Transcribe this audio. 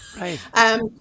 Right